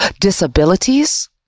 disabilities